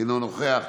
אינו נוכח,